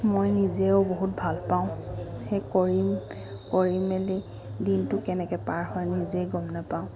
মই নিজেও বহুত ভাল পাওঁ সেই কৰিম কৰি মেলি দিনটো কেনেকৈ পাৰ হয় নিজেই গম নাপাওঁ